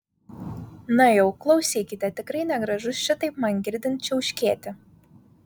na jau klausykite tikrai negražu šitaip man girdint čiauškėti